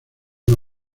una